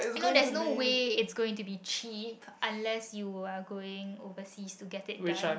you know that's no way is going to be cheap unless you're going overseas to get it done